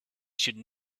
should